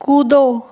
कूदो